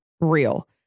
real